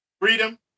Freedom